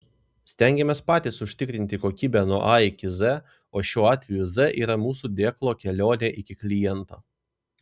stengiamės patys užtikrinti kokybę nuo a iki z o šiuo atveju z yra mūsų dėklo kelionė iki kliento